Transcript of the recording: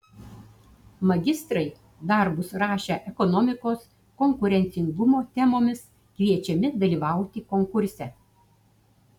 magistrai darbus rašę ekonomikos konkurencingumo temomis kviečiami dalyvauti konkurse